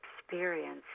experience